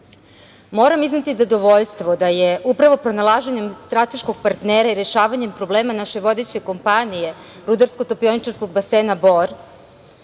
Moram izneti zadovoljstvo da je upravo pronalaženjem strateškog partnera i rešavanjem problema naše vodeće kompanije RTB Bor u budžetu